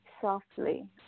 softly